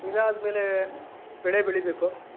ಇದಾದ್ಮೇಲೆ ಬೆಳೆ ಬೆಳೀಬೇಕು